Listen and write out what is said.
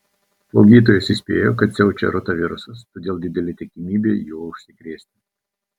slaugytojos įspėjo kad siaučia rotavirusas todėl didelė tikimybė juo užsikrėsti